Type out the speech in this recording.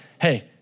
hey